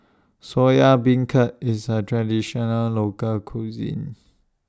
Soya Beancurd IS A Traditional Local Cuisine